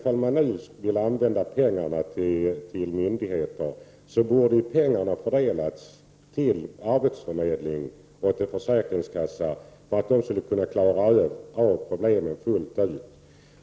Om man vill anvisa pengarna till myndigheter, borde de fördelas mellan arbetsförmedlingen och försäkringskassan, för att de skall kunna klara av problemen fullt ut.